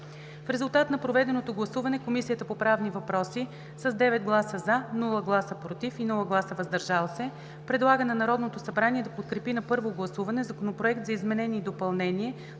В резултат на проведеното гласуване Комисията по правни въпроси с 9 гласа „за”, без „против“ и „въздържали се” предлага на Народното събрание да подкрепи на първо гласуване Законопроект за изменение и допълнение